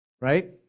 Right